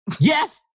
Yes